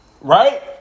Right